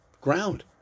ground